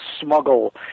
smuggle